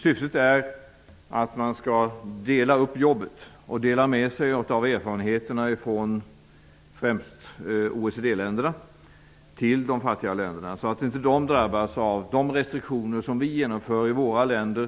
Syftet är att man skall dela upp jobbet och att OECD-länderna skall dela med sig av erfarenheterna till de fattiga länderna. De fattiga länderna skall inte drabbas av de restriktioner som vi genomför i våra länder.